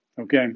okay